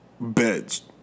beds